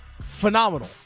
phenomenal